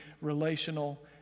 relational